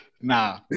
Nah